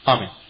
Amen